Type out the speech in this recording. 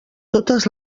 totes